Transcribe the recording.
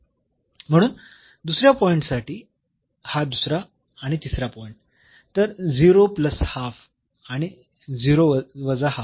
म्हणून दुसऱ्या पॉईंट साठी हा दुसरा आणि तिसरा पॉईंट तर 0 प्लस हाफ आणि 0 वजा हाफ